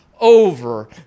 over